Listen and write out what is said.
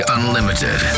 Unlimited